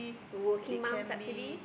working mum subsidy